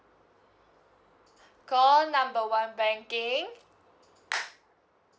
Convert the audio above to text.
call number one banking